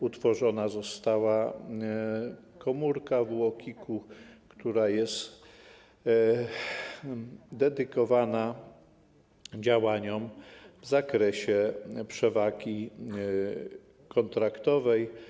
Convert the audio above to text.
Utworzona została komórka w UOKiK-u, która jest dedykowana działaniom w zakresie przewagi kontraktowej.